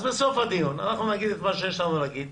אז בסוף הדיון אנחנו נגיד את מה שיש לנו להגיד.